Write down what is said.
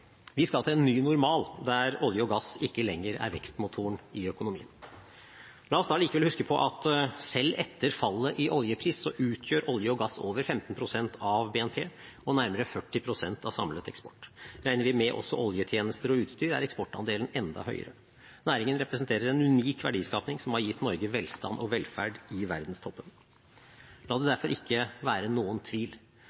Vi skal til en ny normal der olje og gass ikke lenger er vekstmotoren i økonomien. La oss likevel huske på at selv etter fallet i oljepris utgjør olje og gass over 15 pst. av BNP og nærmere 40 pst. av samlet eksport. Regner vi med også oljetjenester og -utstyr, er eksportandelen enda høyere. Næringen representerer en unik verdiskaping som har gitt Norge velstand og velferd i verdenstoppen. La det